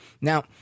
Now